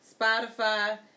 Spotify